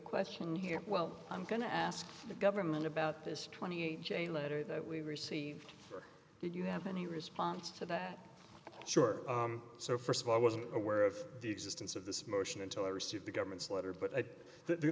question here well i'm going to ask the government about this twenty eight chain letter that we received or did you have any response to that sure so st of all i wasn't aware of the existence of this motion until i received the government's letter but i